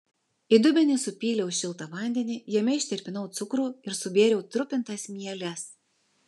į dubenį supyliau šiltą vandenį jame ištirpinau cukrų ir subėriau trupintas mieles